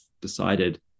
decided